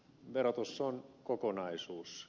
verotus on kokonaisuus